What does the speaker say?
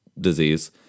disease